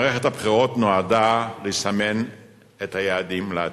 מערכת הבחירות נועדה לסמן את היעדים לעתיד.